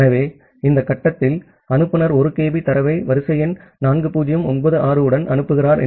ஆகவே இந்த கட்டத்தில் அனுப்புநர் 1 kB தரவை வரிசை எண் 4096 உடன் அனுப்புகிறார்